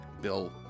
Bill